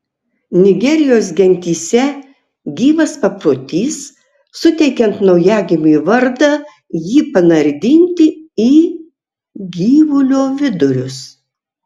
nigerijos gentyse gyvas paprotys suteikiant naujagimiui vardą jį panardinti į gyvulio vidurius